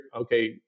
okay